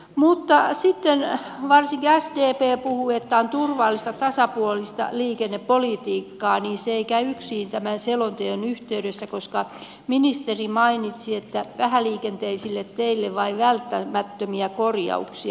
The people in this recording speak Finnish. mutta kun sitten varsinkin sdp puhui että on turvallista tasapuolista liikennepolitiikkaa niin se ei käy yksiin tämän selonteon kanssa koska ministeri mainitsi että vähäliikenteisille teille tulee vain välttämättömiä korjauksia